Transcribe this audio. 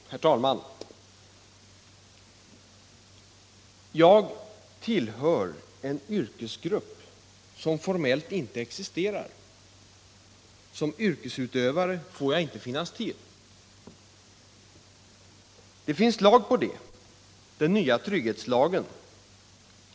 Nr 33 Herr talman! ”Jag tillhör —-—-—- en ”yrkesgrupp', som formellt sett inte existerar. Som yrkesutövare får jag inte finnas till. Det finns lag på det. Den nya trygghetslagen.